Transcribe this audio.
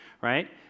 right